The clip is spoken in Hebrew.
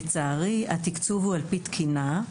לצערי התקצוב הוא על פי תקינה,